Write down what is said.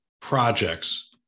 projects